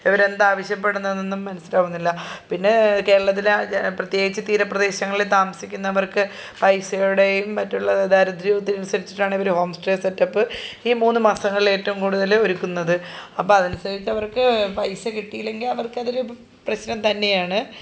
ഇവരെന്താവശ്യപ്പെടുന്നതെന്നും മനസ്സിലാകുന്നില്ല പിന്നേ കേരളത്തിലെ പ്രത്യേകിച്ചു തീരപ്രദേശങ്ങളിൽ താമസിക്കുന്നവർക്ക് പൈസയുടെയും മറ്റുള്ള ദാരിദ്ര്യത്തിനനുസരിച്ചിട്ടാണിവർ ഹോം സ്റ്റെ സെറ്റ് അപ്പ് ഈ മൂന്നു മാസങ്ങളിലേറ്റവും കൂടുതൽ ഒരുക്കുന്നത് അപ്പം അതനുസരിച്ചവർക്കു പൈസ കിട്ടിയില്ലെങ്കിൽ അവർക്കതൊരു പ്രശ്നം തന്നെയാണ്